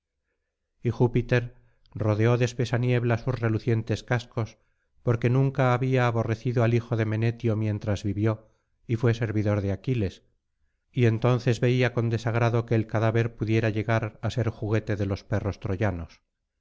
y júpiter rodeó de espesa niebla sus relucientes cascos porque nunca había aborrecido al hijo de menetio mientras vivió y fué servidor de aquiles y entonces veía con desagrado que el cadáver pudiera llegar á ser juguete de los perros troyanos